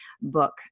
book